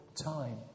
time